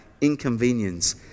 inconvenience